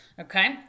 Okay